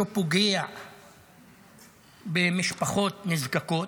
שפוגע במשפחות נזקקות,